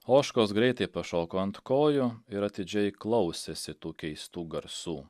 ožkos greitai pašoko ant kojų ir atidžiai klausėsi tų keistų garsų